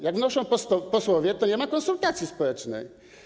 Jak wnoszą posłowie, to nie ma konsultacji społecznych.